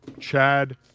Chad